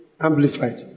Amplified